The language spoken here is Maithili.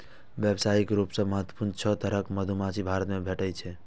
व्यावसायिक रूप सं महत्वपूर्ण छह तरहक मधुमाछी भारत मे भेटै छै